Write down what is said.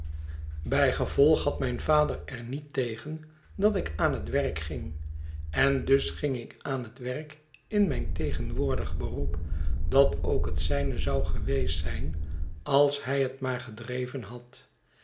bij gevolg had mijn vader er niet tegen dat ik aan het werk ging en dus ging ik aan het werk in mijn tegenwoordig beroep dat ook het zijne zou geweest zijn als hij het maar gedreven had